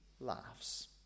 laughs